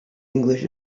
english